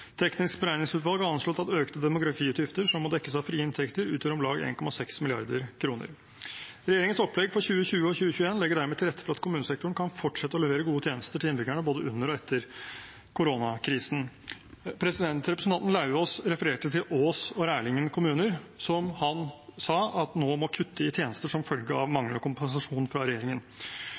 har anslått at økte demografiutgifter som må dekkes av frie inntekter, utgjør om lag 1,6 mrd. kr. Regjeringens opplegg for 2020 og 2021 legger dermed til rette for at kommunesektoren kan fortsette å levere gode tjenester til innbyggerne både under og etter koronakrisen. Representanten Lauvås refererte til Ås og Rælingen kommuner, som han sa nå må kutte i tjenester som følge av manglende kompensasjon fra regjeringen.